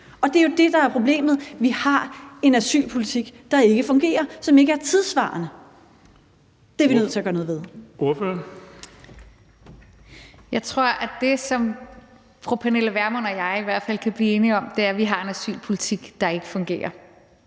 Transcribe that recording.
og det er jo det, der er problemet. Vi har en asylpolitik, der ikke fungerer, og som ikke er tidssvarende. Det er vi nødt til at gøre noget ved. Kl. 19:25 Den fg. formand (Erling Bonnesen): Ordføreren. Kl. 19:25 Rosa Lund (EL): Jeg tror, at det, som fru Pernille Vermund og jeg i hvert fald kan blive enige om, er, at vi har en asylpolitik, der ikke fungerer.